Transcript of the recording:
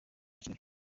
kigali